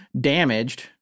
damaged